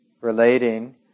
relating